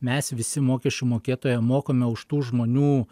mes visi mokesčių mokėtojai mokame už tų žmonių